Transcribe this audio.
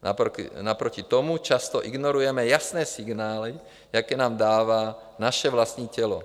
Naproti tomu často ignorujeme jasné signály, jaké nám dává naše vlastní tělo.